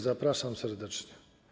Zapraszam serdecznie.